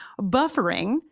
buffering